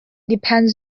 depends